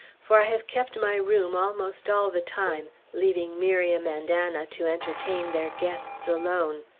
for i have kept my room almost all the time, leaving miriam and anna to entertain their guests alone.